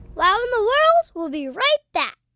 wow in the world will be right back.